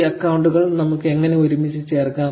ഈ അക്കൌണ്ടുകൾ നമുക്ക് എങ്ങനെ ഒരുമിച്ച് ചേർക്കാം